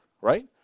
right